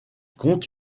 compte